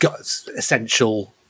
essential